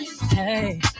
hey